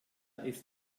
ist